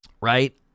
Right